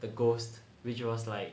the ghost which was like